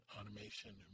automation